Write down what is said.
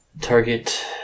Target